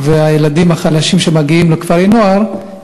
והילדים החלשים שמגיעים לכפרי-נוער,